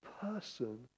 person